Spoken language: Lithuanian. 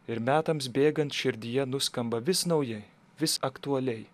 ir metams bėgant širdyje nuskamba vis naujai vis aktualiai